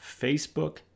Facebook